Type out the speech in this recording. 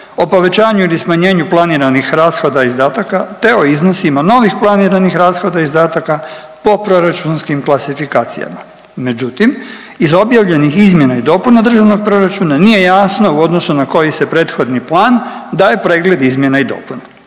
o povećanju ili smanjenju planiranih rashoda i izdataka, te o iznosima novih planiranih rashoda i izdataka po proračunskim klasifikacijama, međutim iz objavljenih izmjena i dopuna državnog proračuna nije jasno u odnosu na koji se prethodni plan daje pregled izmjena i dopuna